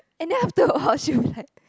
and then after a while she was like